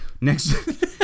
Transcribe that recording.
Next